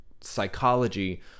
psychology